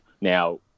Now